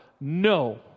No